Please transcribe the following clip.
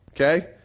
Okay